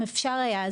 אם אפשר היה,